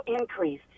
increase